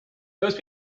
those